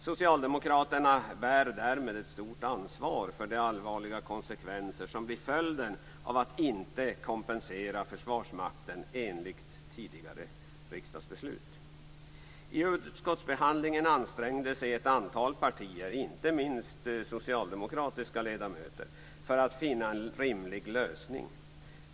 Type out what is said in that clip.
Socialdemokraterna bär därmed ett stort ansvar för de allvarliga konsekvenser som blir följden av att inte kompensera Försvarsmakten enligt tidigare riksdagsbeslut. I utskottsbehandlingen ansträngde sig ett antal partier - inte minst socialdemokratiska ledamöter - för att finna en rimlig lösning.